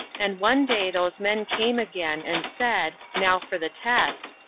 and one day those men came again, and said, now for the test,